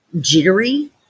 jittery